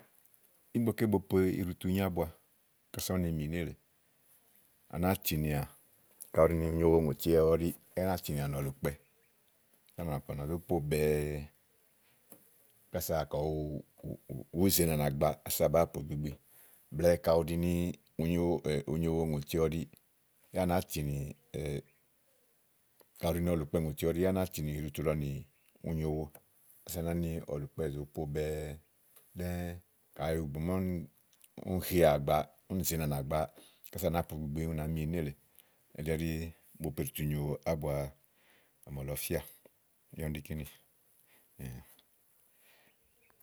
ígbɔké bo po iɖutu nyo ábua ása ú ne mì nélèe à nàáa tìnìà kàɖi unyowoŋòti ɔwɔ ɖi yá à nàáa tìnìà nì ɔ̀lùkpɛ úni à nà zó po bɛ̀ɛ kása kayi ùú zèe nànà gbàa ása bàáa po gbigbi blɛ̀ɛ ka ù ɖi ni unyowoŋòti ɔwɔ ɖi yá à nàáa tìnì ka ù ɖi ni ɔ̀lùkpɛ ŋòti ɔwɔ ɖi ya a nàáa tìnì iɖutu lɔ nì unyowo ása à nàá ni ɔ̀lùkpɛ zòo po bɛ̀ɛ ɖɛ́ɛ́ kayi ìgbè màa úni hià gbàa uni zèe nànà gbàa ása à nàá po gbigbi ú nàá mi nélèe elí ɛɖí bo po iɖutu nyo ábua ɔmɔlɔ fíà yá úni ɖí kínì.